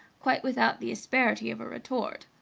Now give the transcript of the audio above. quite without the asperity of a retort.